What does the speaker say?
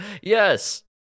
Yes